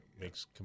makes